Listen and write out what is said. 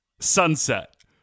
Sunset